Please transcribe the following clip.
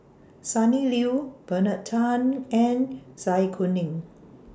Sonny Liew Bernard Tan and Zai Kuning